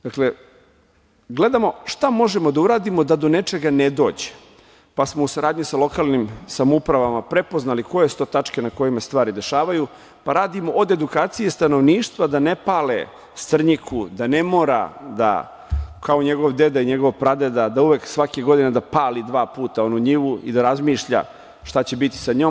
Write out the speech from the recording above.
Dakle, gledamo šta možemo da uradimo da do nečega ne dođe, pa smo u saradnji sa lokalnim samoupravama prepoznali koje su to tačke na kojima se stvari dešavaju, pa radimo od edukacija stanovništva da ne pale strnjiku, da ne mora kao njegov deda i pradeda da uvek, svake godine da pali dva puta onu njivu i da razmišlja šta će biti sa njom.